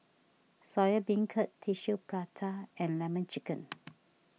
Soya Beancurd Tissue Prata and Lemon Chicken